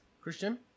Christian